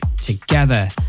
Together